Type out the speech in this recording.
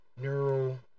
neural